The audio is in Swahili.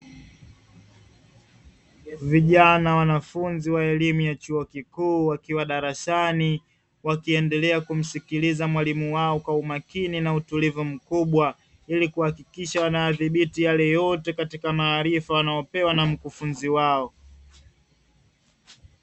Vijana wanafunzi wa elimu ya chuo kikuu wakiwa darasani wakiendelea kumsikiliza mwalimu wao kwa umakini na utulivu mkubwa, ili kuhakikisha wanayadhibiti yale yote katika maarifa wanayopewa na mkufunzi wao.